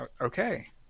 okay